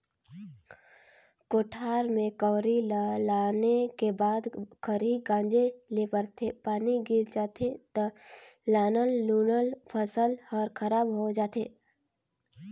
कोठार में कंवरी ल लाने के बाद खरही गांजे ले परथे, पानी गिर जाथे त लानल लुनल फसल हर खराब हो जाथे